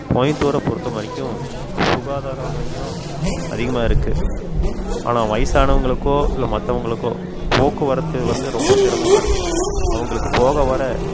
கோயமுத்தூரை பொறுத்த வரைக்கும் சுகாதார மையம் அதிகமாக இருக்குது ஆனால் வயசானவங்களுக்கோ இல்லை மற்றவுங்களுக்கோ போக்குவரத்து வந்து ரொம்ப சிரமமாக இருக்குது அவங்களுக்கு போக வர